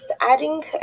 adding